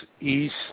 east